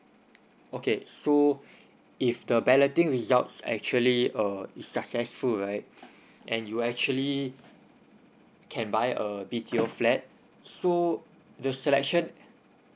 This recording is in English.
okay so if the balloting results actually err it successful right and you actually can buy a B_T_O flat so the selection